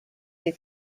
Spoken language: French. ses